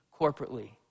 corporately